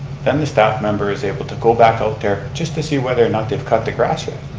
then the staff member is able to go back out there just to see whether or not they've cut the grass or